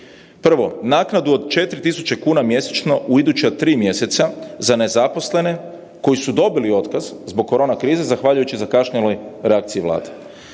Prvo, naknadu od 4.000 kuna mjesečno u iduća tri mjeseca za nezaposlene koji su dobili otkaz zbog korona krize, zahvaljujući zakašnjeloj reakciji Vlade,